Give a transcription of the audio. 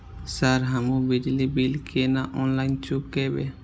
Sir हमू बिजली bill केना ऑनलाईन चुकेबे?